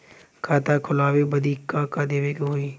खाता खोलावे बदी का का देवे के होइ?